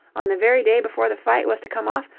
on the very day before the fight was to come off,